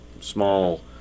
small